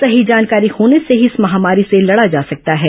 सही जानकारी होने से ही इस महामारी से लड़ा जा सकता है